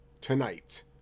tonight